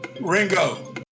Ringo